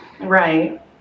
Right